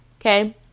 okay